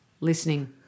listening